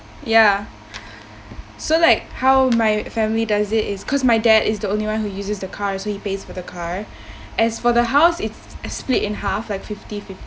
ya so like how my family does it is cause my dad is the only one who uses the car so he pays for the car as for the house it's a split in half like fifty fifty